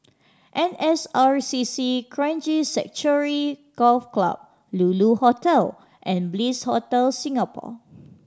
N S R C C Kranji Sanctuary Golf Club Lulu Hotel and Bliss Hotel Singapore